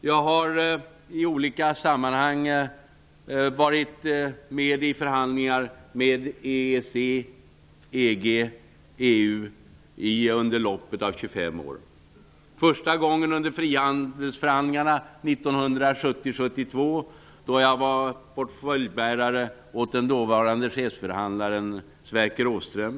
Jag har i olika sammanhang varit med i förhandlingar om EEC, EG och EU under loppet av 25 år. Den första gången, under frihandelsförhandlingarna 1970--1972, var jag portföljbärare åt den dåvarande chefsförhandlaren Sverker Åström.